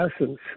essence